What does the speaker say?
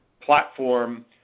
platform